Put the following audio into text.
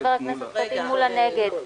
ח"כ פטין מולא נגד.